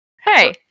Hey